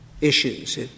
issues